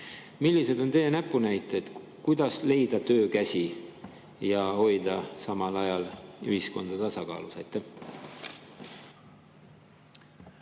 Millised on teie näpunäited, kuidas leida töökäsi ja hoida samal ajal ühiskonda tasakaalus? Aitäh,